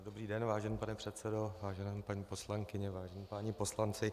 Dobrý den vážený pane předsedo, vážené paní poslankyně, vážení páni poslanci.